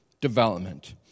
development